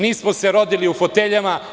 Nismo se rodili u foteljama.